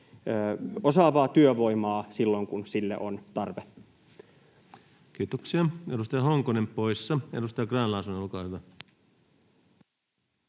osaavaa työvoimaa silloin, kun sille on tarve. Kiitoksia. — Edustaja Honkonen poissa. — Edustaja Grahn-Laasonen, olkaa hyvä.